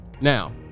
now